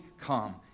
come